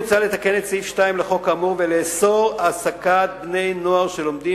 מוצע לתקן את סעיף 2 לחוק האמור ולאסור העסקת בני-נוער שלומדים